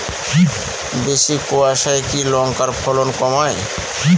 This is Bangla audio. বেশি কোয়াশায় কি লঙ্কার ফলন কমায়?